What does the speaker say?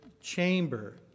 chamber